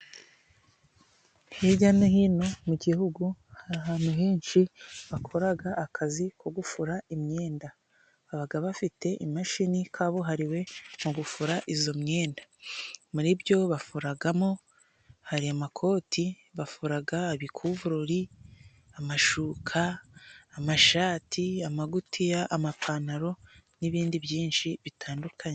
Hirya no hino mu gihugu, hari ahantu henshi bakora akazi ko gufura imyenda, baba bafite imashini kabuhariwe mu gufura iyo myenda muri ibyo bakoramo:hari amakoti bafura, ibikuvurureri, amashuka, amashati, amagutiya, amapantaro n'ibindi byinshi bitandukanye.